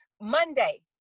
Monday